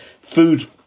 food